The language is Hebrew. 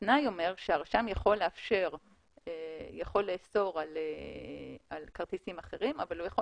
והתנאי אומר שהרשם יכול לאסור על כרטיסים אחרים אבל הוא יכול